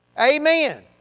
Amen